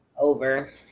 Over